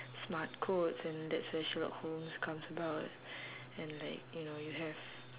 smart coats and that's where sherlock holmes comes about and like you know you have